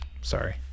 sorry